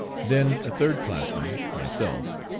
then a third-classman, myself,